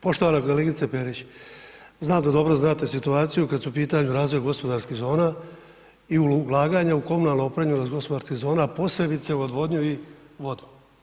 Poštovana kolegice Perić, znam da dobro znate situaciju kad su u pitanju razvoj gospodarskih zona i u ulaganja u komunalnu opremljenost gospodarskih zona, posebice u odvodnju i vodovod.